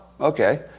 okay